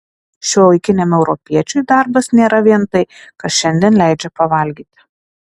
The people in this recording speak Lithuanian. šiuolaikiniam europiečiui darbas nėra vien tai kas šiandien leidžia pavalgyti